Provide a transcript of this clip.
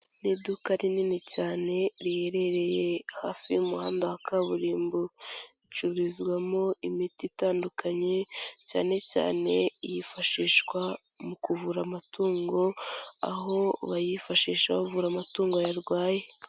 Ni iduka rinini cyane riherereye hafi y'umuhanda wa kaburimbo. Ricururizwamo imiti itandukanye cyane cyane yifashishwa mu kuvura amatungo, aho bayifashisha bavura amatungo yarwaye.